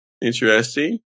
Interesting